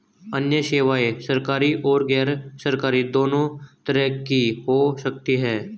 अन्य सेवायें सरकारी और गैरसरकारी दोनों तरह की हो सकती हैं